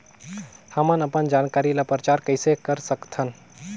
हमन अपन जानकारी ल प्रचार कइसे कर सकथन?